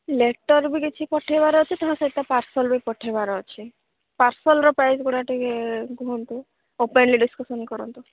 letter ବି କିଛି ପଠେଇବାର ଅଛି ତା' ସହିତ ପାର୍ସଲ ବି ପଠେଇବାର ଅଛି ପାର୍ସଲର ପ୍ରାଇସ୍ ଗୁଡ଼ା ଟିକିଏ କୁହନ୍ତୁ ଓପନ୍ଲି ଡ଼ିସ୍କସନ୍ କରନ୍ତୁ